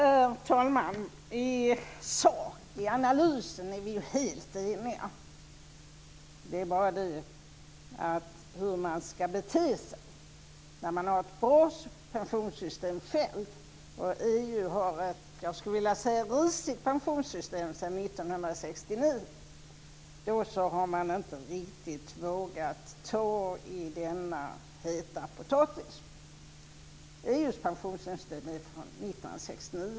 Herr talman! I sak och i analysen är vi helt eniga. Frågan är bara hur man ska bete sig när man har ett bra pensionssystem själv och EU har ett risigt pensionssystem sedan 1969. Man har inte riktigt vågat ta i denna heta potatis. EU:s pensionssystem är från 1969.